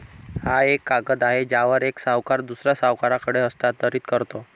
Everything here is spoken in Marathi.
हा एक कागद आहे ज्यावर एक सावकार दुसऱ्या सावकाराकडे हस्तांतरित करतो